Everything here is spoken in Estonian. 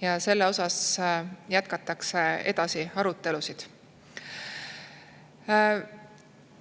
ja selle üle jätkatakse arutelusid.